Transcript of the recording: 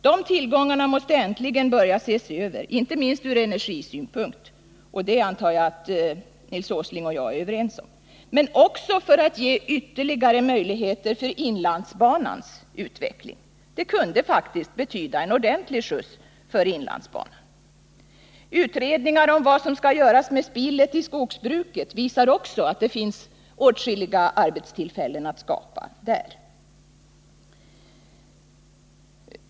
Dessa tillgångar måste äntligen börja ses över, inte minst med tanke på energin — om detta antar jag att Nils Åsling och jag är överens — men också för att ge ytterligare möjligheter för inlandsbanans utveckling. Det kunde faktiskt betyda en ordentlig skjuts för inlandsbanan. Utredningar om vad som skall göras med spillet i skogsbruket visar också att det finns möjlighet att skapa åtskilliga arbetstillfällen där.